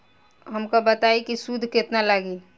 हमका बताई कि सूद केतना लागी?